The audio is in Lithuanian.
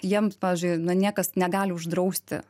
jiems pavyzdžiui na niekas negali uždrausti